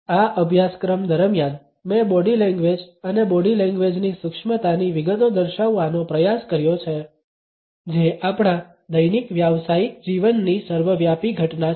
આ અભ્યાસક્રમ દરમિયાન મેં બોડી લેંગ્વેજ અને બોડી લેંગ્વેજની સૂક્ષ્મતાની વિગતો દર્શાવવાનો પ્રયાસ કર્યો છે જે આપણા દૈનિક વ્યાવસાયિક જીવનની સર્વવ્યાપી ઘટના છે